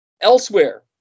Elsewhere